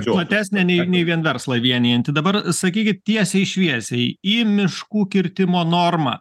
platesnė nei vien verslą vienijanti dabar sakykit tiesiai šviesiai į miškų kirtimo normą